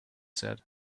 said